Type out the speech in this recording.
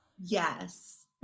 Yes